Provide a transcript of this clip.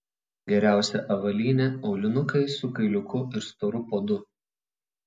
geriausia avalynė aulinukai su kailiuku ir storu padu